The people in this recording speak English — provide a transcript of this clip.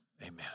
amen